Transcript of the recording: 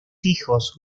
hijos